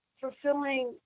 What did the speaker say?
fulfilling